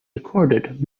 recorded